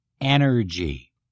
energy